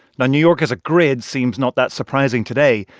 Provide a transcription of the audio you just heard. new york as a grid seems not that surprising today.